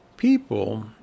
People